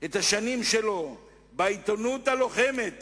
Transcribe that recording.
את השנים שלו בעיתונות הלוחמת